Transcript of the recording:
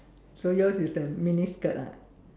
so yours is the miniskirt ah